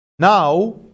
Now